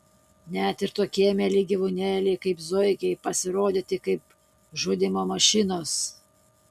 net ir tokie mieli gyvūnėliai kaip zuikiai pasirodyti kaip žudymo mašinos